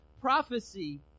prophecy